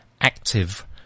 active